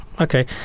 okay